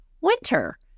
winter